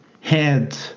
head